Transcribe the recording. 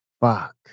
fuck